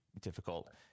difficult